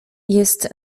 jest